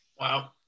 wow